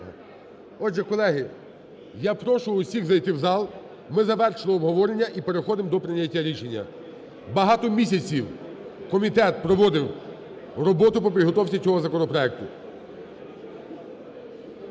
Отже, колеги, я прошу усіх зайти в зал, ми завершили обговорення і переходимо до прийняття рішення. Багато місяців комітет проводив роботу по підготовці цього законопроекту.